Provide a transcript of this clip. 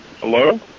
Hello